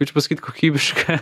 kaip čia pasakyt kokybiška